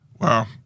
Wow